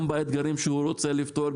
גם באתגרים שהוא רוצה לפתור,